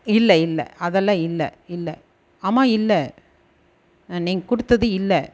இல்லை இல்லை அதெலாம் இல்லை இல்லை ஆமாம் இல்லை அ நீங்கள் கொடுத்தது இல்லை